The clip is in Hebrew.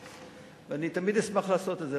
אני תמיד אשמח לעשות את זה,